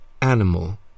animal